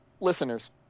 listeners